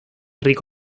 rico